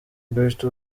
dufite